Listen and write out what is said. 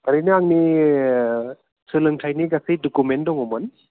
औरैनो आंनि सोलोंथाइनि गासै डकुमेन्ट दङमोन